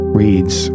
reads